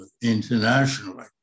internationally